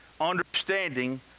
understanding